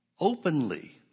openly